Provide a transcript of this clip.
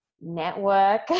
network